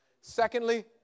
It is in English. Secondly